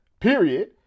period